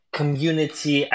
community